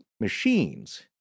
machines